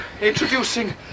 Introducing